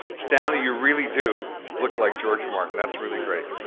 stanley, you really do look like george martin, that's really great.